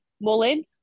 Mullin